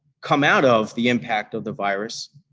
come out of the impact of the virus,